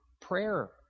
prayer